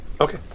Okay